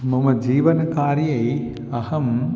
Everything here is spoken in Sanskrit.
मम जीवनकार्ये अहं